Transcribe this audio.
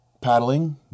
paddling